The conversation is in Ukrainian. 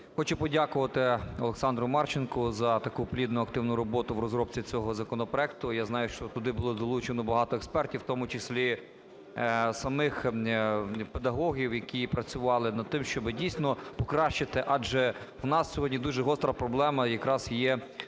Хочу подякувати Олександру Марченку за таку плідну активну роботу в розробці цього законопроекту. Я знаю, що туди було долучено багато експертів, в тому числі самих педагогів, які працювали над тим, щоби дійсно покращити, адже в нас сьогодні дуже гостра проблема якраз є з